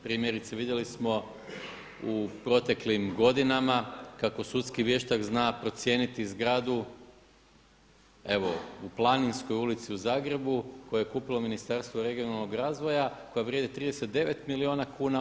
Primjerice vidjeli smo u proteklim godinama kako sudski vještak zna procijeniti zgradu evo u Planinskoj ulicu u Zagrebu koje je kupilo Ministarstvo regionalnog razvoja koja vrijedi 39 milijuna kuna.